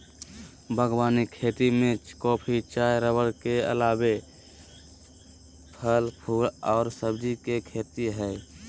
बागवानी खेती में कॉफी, चाय रबड़ के अलावे फल, फूल आर सब्जी के खेती हई